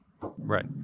Right